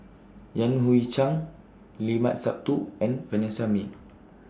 Yan Hui Chang Limat Sabtu and Vanessa Mae